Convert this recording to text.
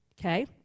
Okay